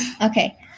Okay